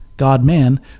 God-man